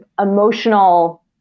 emotional